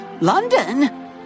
London